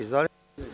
Izvolite.